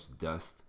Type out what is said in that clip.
dust